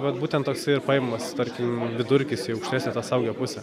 vat būtent toksai ir paimamas tarkim vidurkis į aukštesnę tą saugią pusę